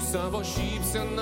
savo šypsena